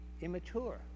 immature